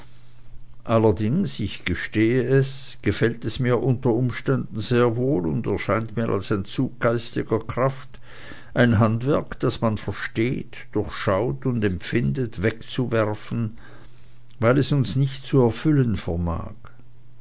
allerdings ich gestehe es gefällt es mir unter umständen sehr wohl und erscheint mir als ein zug geistiger kraft ein handwerk das man versteht durchschaut und empfindet wegzuwerfen weil es uns nicht zu erfüllen vermag